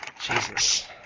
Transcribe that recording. Jesus